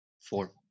four